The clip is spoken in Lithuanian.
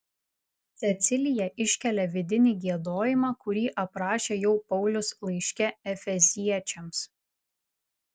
cecilija iškelia vidinį giedojimą kurį aprašė jau paulius laiške efeziečiams